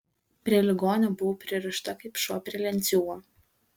prie ligonio buvau pririšta kaip šuo prie lenciūgo